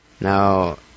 Now